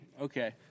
Okay